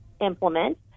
implement